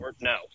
no